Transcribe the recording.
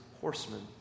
horsemen